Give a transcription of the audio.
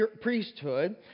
priesthood